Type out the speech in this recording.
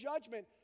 judgment